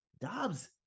Dobbs